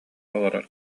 олорор